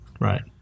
Right